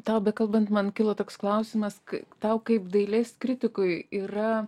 tau bekalbant man kilo toks klausimas tau kaip dailės kritikui yra